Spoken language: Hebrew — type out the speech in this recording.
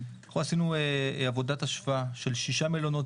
אנחנו עשינו עבודת השוואה של שישה מלונות